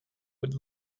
would